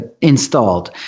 installed